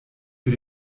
für